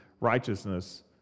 righteousness